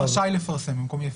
לרשום "רשאי לפרסם" במקום "יפרסם".